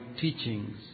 teachings